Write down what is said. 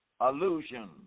illusion